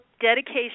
dedication